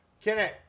Kenneth